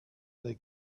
they